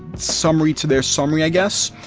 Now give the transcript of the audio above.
summary to their summary i guess.